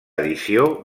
edició